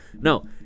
No